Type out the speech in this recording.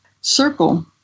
circle